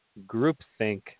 groupthink